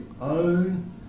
own